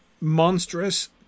monstrous